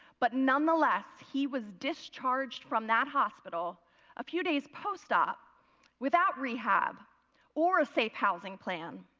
but nonetheless he was discharged from that hospital a few days post-op without rehab or a safe housing plan.